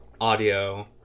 audio